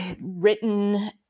written